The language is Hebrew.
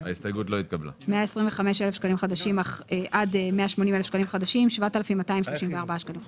בשביל העצמאים, האנשים שבאמת הפסידו